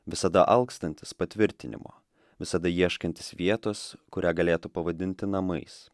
visada alkstantis patvirtinimo visada ieškantis vietos kurią galėtų pavadinti namais